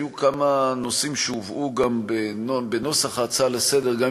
היו כמה נושאים שהובאו גם בנוסח ההצעה לסדר-היום,